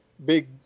Big